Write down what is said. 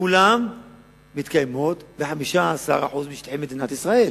כולן מתקיימות ב-15% משטחי מדינת ישראל.